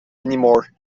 anymore